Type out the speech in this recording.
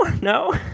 no